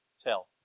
tell